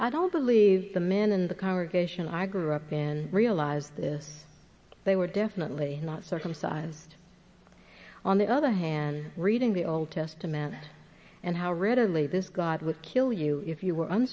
i don't believe the men in the congregation i grew up in realize this they were definitely not circumcised on the other hand reading the old testament and how readily this god would kill you if you were